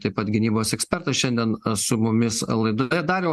taip pat gynybos ekspertas šiandien su mumis laidoje dariau